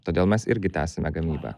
todėl mes irgi tęsiame gamybą